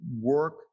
work